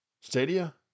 Stadia